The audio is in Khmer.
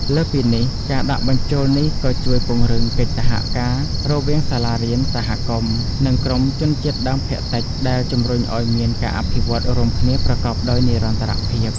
លើសពីនេះ ការដាក់បញ្ចូលនេះក៏ជួយពង្រឹងកិច្ចសហការរវាងសាលារៀន សហគមន៍ និងក្រុមជនជាតិដើមភាគតិច ដែលជំរុញឱ្យមានការអភិវឌ្ឍន៍រួមគ្នាប្រកបដោយនិរន្តរភាព។